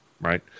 right